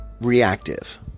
reactive